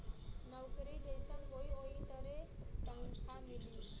नउकरी जइसन होई वही तरे तनखा मिली